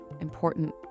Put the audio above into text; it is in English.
important